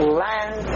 land